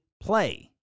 play